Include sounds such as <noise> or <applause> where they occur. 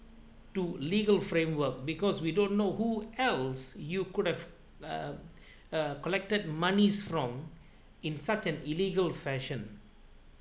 to legal framework because we don't know who else you could have uh <breath> uh collected monies from in such an illegal fashion